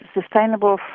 sustainable